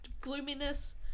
gloominess